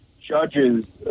judges